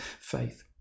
faith